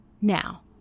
now